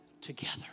together